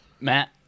Matt